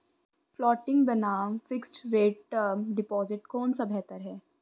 Floating बनाम fixed rate term deposit कौन सा बेहतर है?